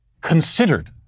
considered